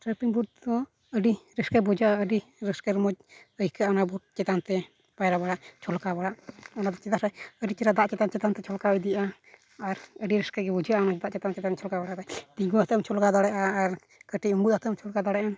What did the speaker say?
ᱫᱚ ᱟ ᱰᱤ ᱨᱟᱹᱥᱠᱟᱹ ᱵᱩᱡᱷᱟᱹᱜᱼᱟ ᱟ ᱰᱤ ᱨᱟᱹᱥᱠᱟᱹ ᱨᱚᱢᱚᱡᱽ ᱟᱹᱭᱠᱟᱹᱜᱼᱟ ᱚᱱᱟ ᱪᱮᱛᱟᱱᱛᱮ ᱯᱟᱭᱨᱟ ᱵᱟᱲᱟᱭ ᱪᱷᱚᱞᱠᱟᱣ ᱵᱟᱲᱟ ᱚᱱᱟ ᱠᱚ ᱪᱮᱛᱟᱱᱨᱮ ᱟ ᱰᱤ ᱪᱮᱨᱦᱟ ᱫᱟᱜ ᱪᱮᱛᱟᱱ ᱪᱮᱛᱟᱱᱛᱮ ᱪᱷᱚᱞᱠᱟᱣ ᱤᱫᱤᱜᱼᱟ ᱟᱨ ᱟ ᱰᱤ ᱨᱟᱹᱥᱠᱟᱹᱜᱮ ᱵᱩᱡᱷᱟᱹᱜᱼᱟ ᱫᱟᱜ ᱪᱮᱛᱟᱱ ᱪᱮᱛᱟᱱ ᱪᱷᱚᱞᱠᱟᱣ ᱵᱟᱲᱟᱛᱮ ᱛᱤᱸᱜᱩ ᱠᱟᱛᱮᱢ ᱪᱷᱚᱞᱠᱟᱣ ᱫᱟᱲᱮᱭᱟᱜᱼᱟ ᱟᱨ ᱠᱟᱴᱤᱡ ᱤᱸᱜᱩᱜ ᱟᱛᱮᱢ ᱪᱷᱚᱞᱠᱟᱣ ᱫᱟᱲᱮᱭᱟᱜ ᱟᱢ